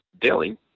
daily